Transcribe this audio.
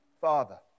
Father